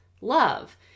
love